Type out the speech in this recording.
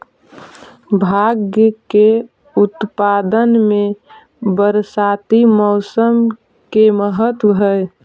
भाँग के उत्पादन में बरसाती मौसम के महत्त्व हई